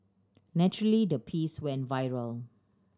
naturally the piece went viral